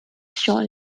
shot